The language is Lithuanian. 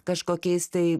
kažkokiais tai